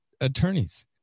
attorneys